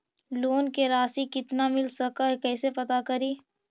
Loan के रासि कितना मिल सक है कैसे पता करी?